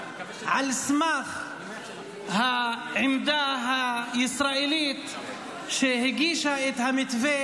על סמך העמדה הישראלית שהגישה את המתווה